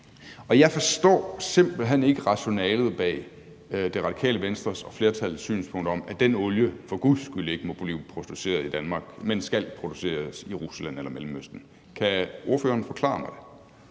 Jeg forstår simpelt hen ikke rationalet bag Radikale Venstres og flertallets synspunkt om, at den olie for guds skyld ikke må blive produceret i Danmark, men skal produceres i Rusland eller i Mellemøsten. Kan ordføreren forklare mig det?